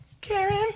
Karen